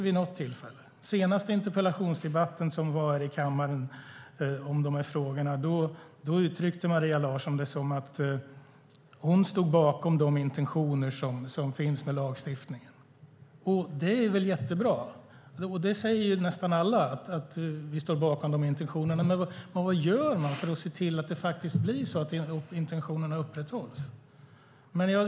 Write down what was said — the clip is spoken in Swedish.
Vid den senaste interpellationsdebatten som var i kammaren om dessa frågor uttryckte Maria Larsson att hon stod bakom de intentioner som finns med lagstiftningen. Det är väl jättebra. Nästan alla säger att de står bakom de intentionerna. Men vad gör man för att se till att det blir så att intentionerna upprätthålls?